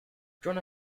john